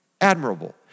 admirable